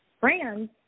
brands